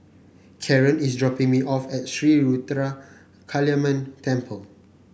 Karren is dropping me off at Sri Ruthra Kaliamman Temple